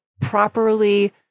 properly